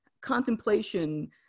contemplation